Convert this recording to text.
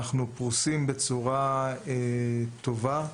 אנחנו פרוסים בצורה טובה,